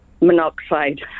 monoxide